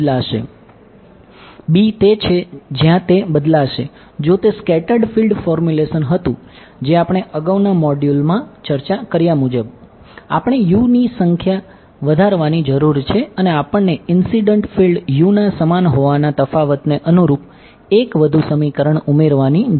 b તે છે જ્યાં તે બદલાશે જો તે સ્કેટર્ડ ફીલ્ડ ફોર્મ્યુલેશન હતું જે આપણે અગાઉના મોડ્યુલ ઉમેરવાની જરૂર છે